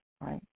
right